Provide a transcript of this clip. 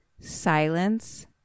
silence